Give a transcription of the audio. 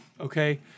Okay